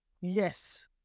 Yes